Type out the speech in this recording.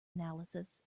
analysis